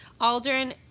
Aldrin